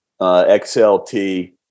XLT